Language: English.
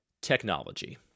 technology